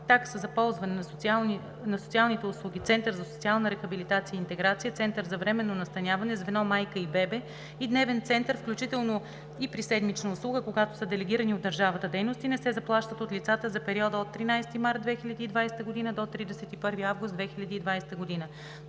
Такси за ползване на социалните услуги Център за социална рехабилитация и интеграция, Център за временно настаняване, звено „Майка и бебе“ и Дневен център, включително и при седмична услуга, когато са делегирани от държавата дейности, не се заплащат от лицата за периода от 13 март 2020 г. до 31 август 2020 г.“ 9.